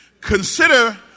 consider